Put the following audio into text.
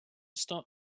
start